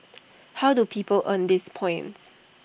how do people earn these points